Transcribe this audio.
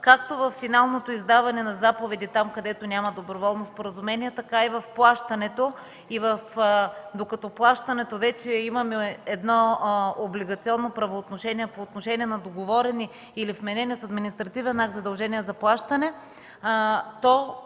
както във финалното издаване на заповеди, където няма доброволно споразумение, така и в плащането. Докато в плащането вече имаме облигационно правоотношение по отношение на договорени или вменени с административен акт задължения за плащане,